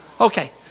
Okay